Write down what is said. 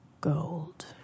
gold